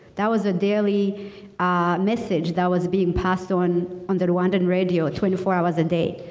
that was a daily message that was being passed on on the rowandan radio twenty four hours a day.